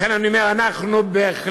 לכן, אני אומר, אנחנו בהחלט